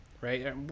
right